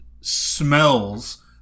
smells